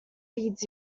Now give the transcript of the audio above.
feeds